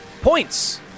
points